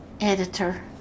Editor